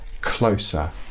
closer